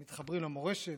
המוזיאון של ראשון לציון,